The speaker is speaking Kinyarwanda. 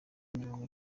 imirongo